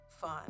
fun